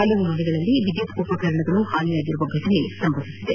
ಹಲವು ಮನೆಗಳಲ್ಲಿ ವಿದ್ಯುತ್ ಉಪಕರಣಗಳು ಹಾನಿಯಾಗಿರುವ ಫಟನೆ ನಡೆದಿದೆ